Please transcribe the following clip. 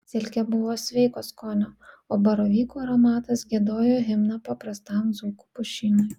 silkė buvo sveiko skonio o baravykų aromatas giedojo himną paprastam dzūkų pušynui